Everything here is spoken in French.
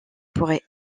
pourrait